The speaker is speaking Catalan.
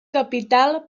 capital